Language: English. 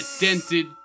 dented